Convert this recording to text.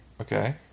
Okay